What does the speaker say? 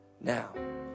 now